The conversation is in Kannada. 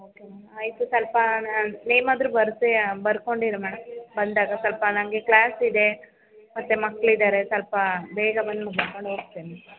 ಓಕೆ ಮ್ಯಾಮ್ ಆಯಿತು ಸ್ವಲ್ಪ ನೇಮ್ ಆದ್ರೂ ಬರೆಸಿ ಬರ್ಕೊಂಡಿರಿ ಮೇಡಮ್ ಬಂದಾಗ ಸ್ವಲ್ಪ ನನಗೆ ಕ್ಲಾಸ್ ಇದೆ ಮತ್ತು ಮಕ್ಕಳಿದಾರೆ ಸ್ವಲ್ಪ ಬೇಗ ಬಂದು ಮುಗಿಸ್ಕೊಂಡ್ ಹೋಗ್ತೇನೆ